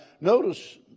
notice